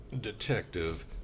detective